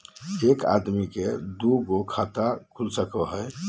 एक आदमी के दू गो खाता खुल सको है?